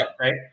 Right